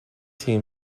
team